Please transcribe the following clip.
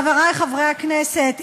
חברי חברי הכנסת,